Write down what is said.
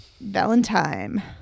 Valentine